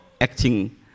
acting